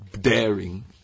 daring